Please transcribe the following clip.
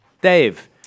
Dave